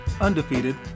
undefeated